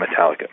Metallica